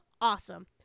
awesome